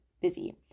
busy